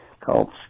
called